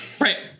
Right